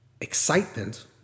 excitement